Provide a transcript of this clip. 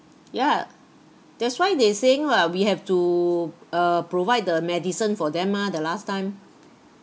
ya that's why they saying lah we have to uh provide the medicine for them mah the last time